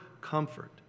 comfort